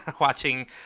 watching